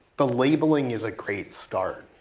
the labeling is a great start,